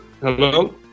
Hello